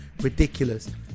ridiculous